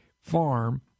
FARM